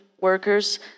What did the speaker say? workers